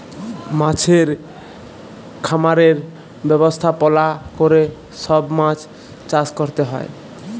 মাছের খামারের ব্যবস্থাপলা ক্যরে সব মাছ চাষ ক্যরতে হ্যয়